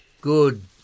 Good